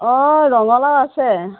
অঁ ৰঙালাও আছে